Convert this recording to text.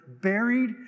buried